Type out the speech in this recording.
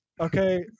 okay